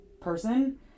person